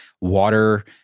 water